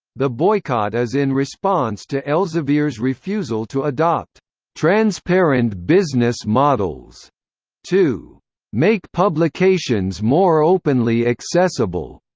the boycott is in response to elsevier's refusal to adopt transparent business models to make publications more openly accessible.